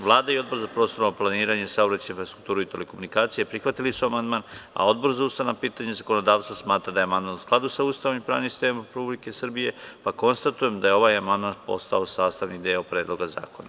Vlada i Odbor za prostorno planiranje, saobraćaj, infrastrukturu i telekomunikacije prihvatili su amandman, a Odbor za ustavna pitanja i zakonodavstvo smatra da je amandman u skladu sa Ustavom i pravnim sistemom Republike Srbije, pa konstatujem da je ovaj amandman postao sastavni deo Predloga zakona.